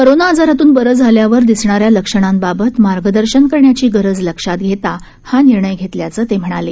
corona आजारातून बरं झाल्यावर दिसणाऱ्या लक्षणांबाबत मार्पदर्शन करण्याची रज लक्षात घेता हा निर्णय घेतल्याचं ते म्हणाले